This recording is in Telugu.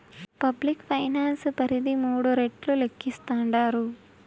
పబ్లిక్ ఫైనాన్స్ పరిధి మూడు రెట్లు లేక్కేస్తాండారు